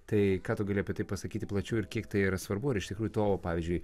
tai ką tu gali apie tai pasakyti plačiau ir kiek tai yra svarbu ar iš tikrųjų to pavyzdžiui